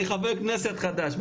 אני חבר כנסת חדש.